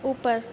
اوپر